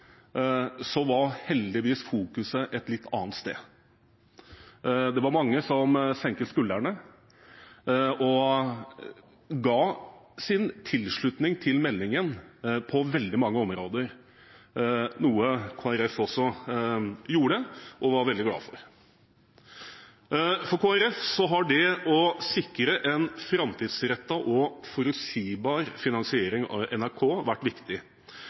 var heldigvis fokuset et litt annet. Det var mange som senket skuldrene og ga sin tilslutning til meldingen på veldig mange områder, noe Kristelig Folkeparti også gjorde og var veldig glad for. For Kristelig Folkeparti har det å sikre en framtidsrettet og forutsigbar finansiering av NRK vært viktig,